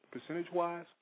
percentage-wise